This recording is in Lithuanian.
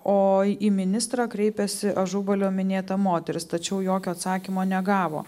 o į ministrą kreipėsi ažubalio minėta moteris tačiau jokio atsakymo negavo